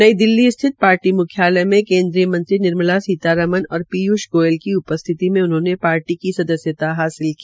नई दिल्ली में स्थित पार्टी मुख्यालय में केन्द्रीय मंत्री निर्मला सीतारमण और पीयूष गोयल की उपस्थिति में उन्होंने पार्टी की सदस्यता हासिल की